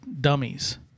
dummies